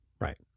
right